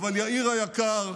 אבל יאיר היקר,